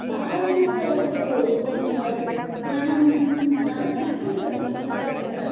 ಸಾಧನೆಯಾಗಿ ತೊಗೋಬೇಕು ಒಂದು ನಾನೊಂದು ಅಂದರೆ ತಿಳ್ಕೊಂಡಿರೋದು ನಮ್ಮ ಸರ್ಗಳತ್ರ